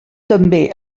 també